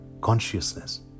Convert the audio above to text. consciousness